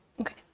okay